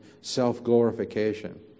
self-glorification